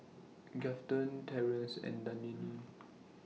Grafton Terance and Dayne